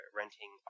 renting